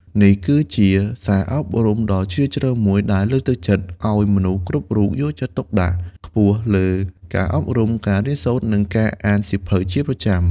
នេះគឺជា សារអប់រំដ៏ជ្រាលជ្រៅមួយ ដែលលើកទឹកចិត្តឱ្យមនុស្សគ្រប់រូបយកចិត្តទុកដាក់ខ្ពស់លើ ការអប់រំ ការរៀនសូត្រ និងការអានសៀវភៅ ជាប្រចាំ។